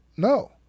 No